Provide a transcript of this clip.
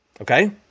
okay